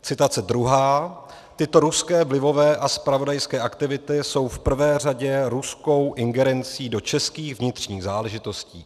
Citace druhá: Tyto ruské vlivové a zpravodajské aktivity jsou v prvé řadě ruskou ingerencí do českých vnitřních záležitostí.